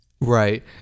Right